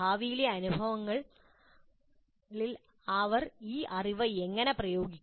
ഭാവിയിലെ അനുഭവങ്ങളിൽ അവർ ഈ അറിവ് എങ്ങനെ പ്രയോഗിക്കും